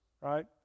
right